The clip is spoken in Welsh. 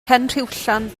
penrhiwllan